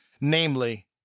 namely